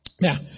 Now